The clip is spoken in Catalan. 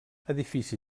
edifici